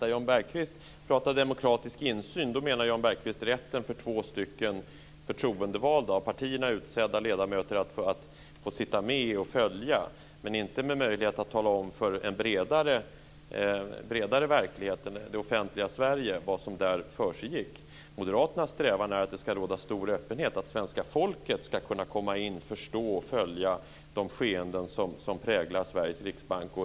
När Jan Bergqvist pratade demokratisk insyn menar Jan Bergqvist rätten för två av partierna utsedda förtroendevalda ledamöter att få sitta med och följa sammanträdena. Men de ska inte ha någon möjlighet att tala om för en bredare verklighet, det offentliga Sverige, vad som där försiggår. Moderaternas strävan är att det ska råda stor öppenhet och att svenska folket ska kunna förstå och följa de skeenden som präglar Sveriges riksbank.